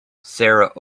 sarah